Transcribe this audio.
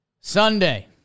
Sunday